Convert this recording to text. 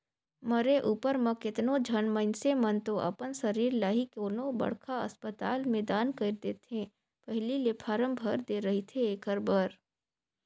मरे उपर म केतनो झन मइनसे मन तो अपन सरीर ल ही कोनो बड़खा असपताल में दान कइर देथे पहिली ले फारम भर दे रहिथे एखर बर